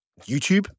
youtube